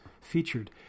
featured